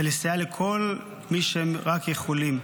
ולסייע לכל מי שהם רק יכולים.